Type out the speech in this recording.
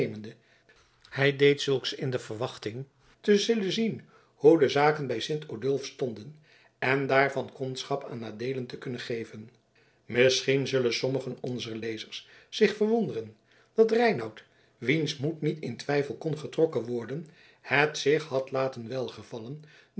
hij deed zulks in de verwachting te zullen zien hoe de zaken bij sint odulf stonden en daarvan kondschap aan adeelen te kunnen geven misschien zullen sommigen onzer lezers zich verwonderen dat reinout wiens moed niet in twijfel kon getrokken worden het zich had laten welgevallen